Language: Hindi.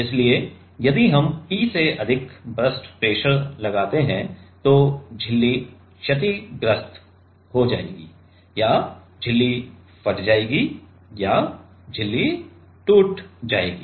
इसलिए यदि हम P से अधिक बर्स्ट प्रेशर लगाते हैं तो झिल्ली क्षतिग्रस्त हो जाएगी या झिल्ली फट जाएगी या झिल्ली टूट जाएगी